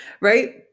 right